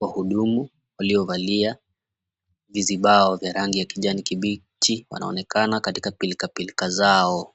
Wahudumu waliovalia vizibao vya rangi ya kijani kibichi wanaonekana katika pilkapilka zao.